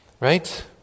Right